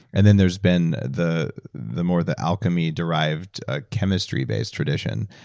and then there's been the the more the alchemy derived ah chemistry based tradition,